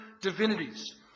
divinities